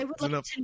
enough